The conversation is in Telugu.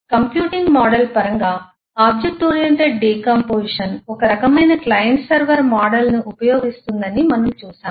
కంప్యూటింగ్ మోడల్ పరంగా ఆబ్జెక్ట్ ఓరియెంటెడ్ డికాంపొజిషన్ ఒక రకమైన క్లయింట్ సర్వర్ మోడల్ను ఉపయోగిస్తుందని మనము చూశాము